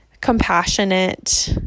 compassionate